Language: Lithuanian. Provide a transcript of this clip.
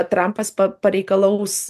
trampas pa pareikalaus